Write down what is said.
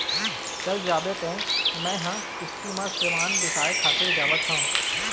चल जाबे तें मेंहा किस्ती म समान बिसाय खातिर जावत हँव